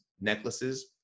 necklaces